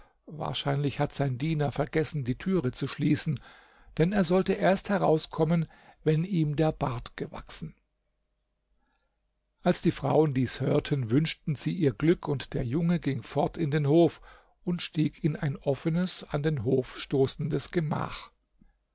wahrscheinlich hat sein diener vergessen die türe zu schließen denn er sollte erst herauskommen wenn ihm der bart gewachsen als die frauen dies hörten wünschten sie ihr glück und der junge ging fort in den hof und stieg in ein offenes an den hof stoßendes gemach